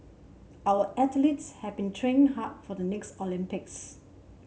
our athletes have been training hard for the next Olympics